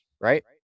right